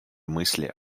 мысли